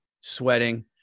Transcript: sweating